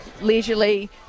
leisurely